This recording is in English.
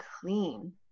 clean